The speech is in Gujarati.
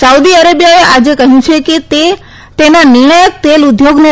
સાઉદી અરેબિયાએ આજેકહ્યું છે કે તે તેના નિર્ણાયક તેલ ઉદ્યોગને